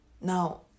Now